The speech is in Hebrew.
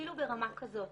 אפילו ברמה כזאת.